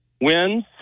wins